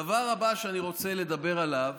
הדבר הבא שאני רוצה לדבר עליו,